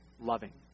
loving